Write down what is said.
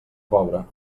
pobre